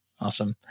Awesome